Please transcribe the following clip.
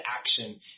action